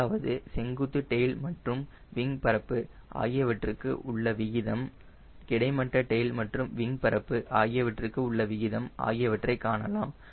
அதாவது செங்குத்து டெயில் மற்றும் விங் பரப்பு ஆகியவற்றிற்கு உள்ள விகிதம் கிடைமட்ட டெயில் மற்றும் விங் பரப்பு ஆகியவற்றிற்கு உள்ள விகிதம் ஆகியவற்றை காணலாம்